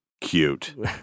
cute